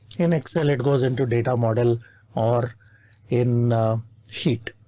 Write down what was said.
in excel it goes into data model or in sheet.